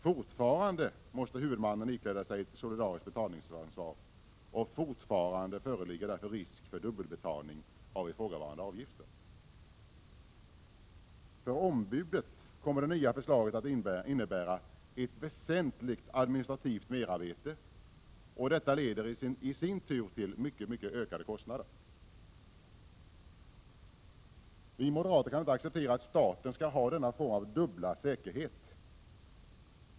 Fortfarande måste huvudmannen ikläda sig ett solidariskt betalningsansvar, och fortfarande föreligger därför risk för dubbelbetalning av ifrågavarande avgifter. För ombudet kommer det nya förslaget att innebära ett väsentligt administrativt merarbete. Detta leder i sin tur till mycket ökade kostnader. Vi moderater kan inte acceptera att staten skall ha denna form av dubbel säkerhet.